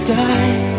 die